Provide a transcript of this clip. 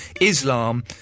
Islam